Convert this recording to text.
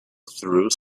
through